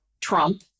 Trump